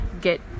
get